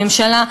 הממשלה,